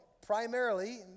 primarily